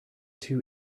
two